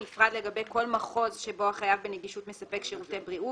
בנפרד לגבי כל מחוז שבו החייב בנגישות מספק שירותי בריאות,